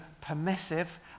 permissive